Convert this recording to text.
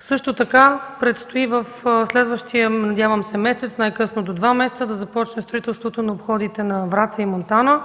Също така предстои в следващия месец, най-късно до два месеца да започне строителството на обходите на Враца и Монтана.